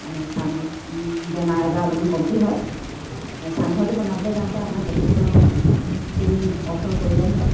চাংঘৰ বেমাৰ আজাৰ অলপমান কমতি হয় চাংঘৰটো বনাবলৈ যাওঁতে আমাৰ যথেষ্টখিনি অৰ্থৰ প্ৰয়োজন হয়